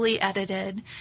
edited